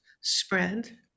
spread